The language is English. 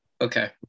Okay